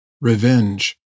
Revenge